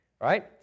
right